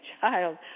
child